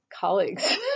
colleagues